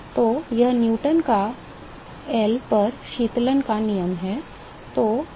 तो यह न्यूटन का L पर शीतलन का नियम है